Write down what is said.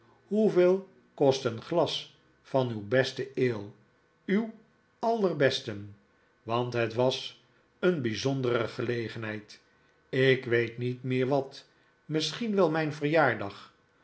hoeveel kost een glas van uw besten ale uw allerbesten want het was een bijzondere gelegenheid ik weet niet meer wat misschien wel mijn verjaardag